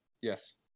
Yes